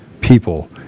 people